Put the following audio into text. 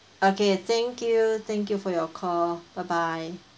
okay thank you thank you for your call bye bye